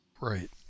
Right